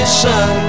sun